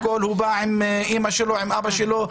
הוא בא עם אימא שלו או עם אבא שלו.